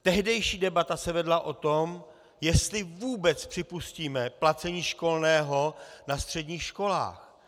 Tehdejší debata se vedla o tom, jestli vůbec připustíme placení školného na středních školách.